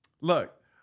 look